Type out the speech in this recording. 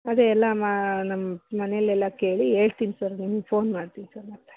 ಅದೇ ಎಲ್ಲ ಮ ನಮ್ಮ ಮನೆಲೆಲ್ಲ ಕೇಳಿ ಹೇಳ್ತೀನಿ ಸರ್ ನಿಮಗೆ ಫೋನ್ ಮಾಡ್ತೀನಿ ಸರ್ ಮತ್ತೆ